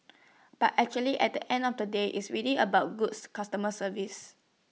but actually at the end of the day it's really about goods customer service